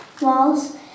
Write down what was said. walls